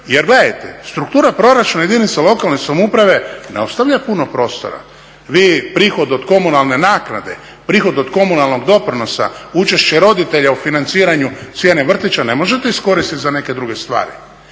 Jer gledajte, struktura proračuna jedinica lokalne samouprave ne ostavlja puno prostora. Vi prihod od komunalne naknade, prihod od komunalnog doprinosa, učešće roditelja u financiranju cijene vrtića ne možete iskoristit za neke druge stvari.